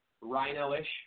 rhino-ish